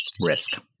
risk